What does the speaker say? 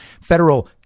federal